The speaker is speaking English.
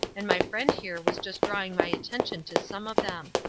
and my friend here was just drawing my attention to some of them.